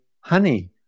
honey